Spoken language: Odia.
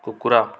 କୁକୁର